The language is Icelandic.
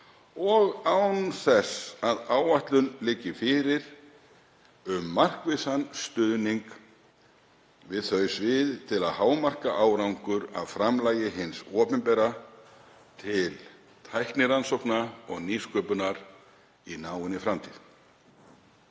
og án þess að áætlun liggi fyrir um markvissan stuðning við þau svið til að hámarka árangur af framlagi hins opinbera til tæknirannsókna og nýsköpunar í náinni framtíð.